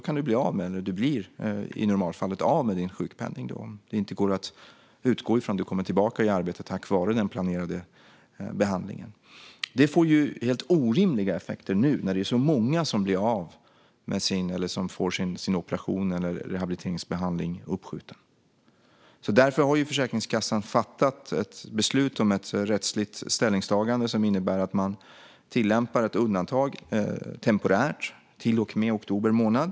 Man blir i normalfallet av med sin sjukpenning om det inte går att utgå från att man kommer tillbaka i arbete tack vare den planerade behandlingen. Detta får helt orimliga effekter nu när det är så många som får sin operation eller rehabiliteringsbehandling uppskjuten. Därför har Försäkringskassan fattat ett beslut om ett rättsligt ställningstagande som innebär att man tillämpar ett temporärt undantag till och med oktober månad.